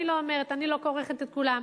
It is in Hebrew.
אני לא אומרת, אני לא כורכת את כולם.